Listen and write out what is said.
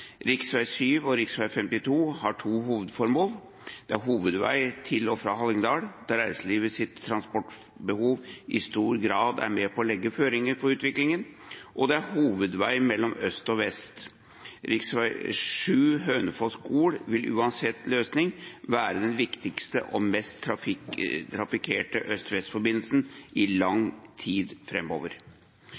Rv. 7 og rv. 52 har to hovedformål: Det er hovedvei til og fra Hallingdal, der reiselivets transportbehov i stor grad er med på å legge føringer for utviklingen, og det er hovedvei mellom øst og vest. Rv. 7 Hønefoss–Gol vil uansett løsning være den viktigste og mest trafikkerte øst–vest-forbindelsen i lang tid